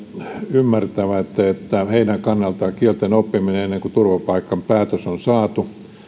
ymmärtävät että että heidän kannaltaan kielten oppiminen ennen kuin turvapaikkapäätös on saatu